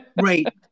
Right